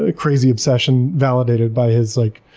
ah crazy obsession validated by his like,